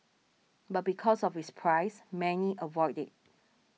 but because of its price many avoid it